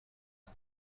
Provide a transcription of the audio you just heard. این